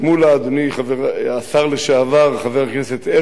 אדוני השר לשעבר חבר הכנסת הרצוג,